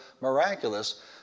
miraculous